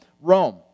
Rome